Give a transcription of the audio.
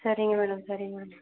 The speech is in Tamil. சரிங்க மேடம் சரிங்க மேடம்